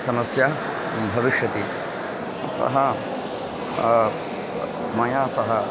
समस्या भविष्यति अतः मया सह